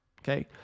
okay